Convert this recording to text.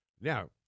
Now